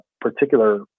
particular